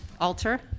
Alter